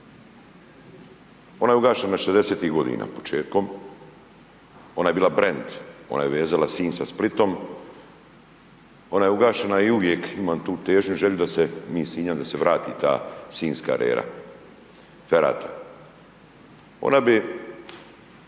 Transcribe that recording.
Ona je ugašena '60. godina početkom, ona je bila brend, ona je vezala Sinj sa Splitom, ona je ugašena i uvijek ima tu težnju, želju, njih sa Sinja, da se vrati ta sinjska arera, ferat. Ona bi